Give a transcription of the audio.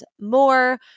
more